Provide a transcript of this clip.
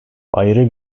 ayrı